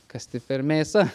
kas tai per mėsa